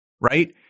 right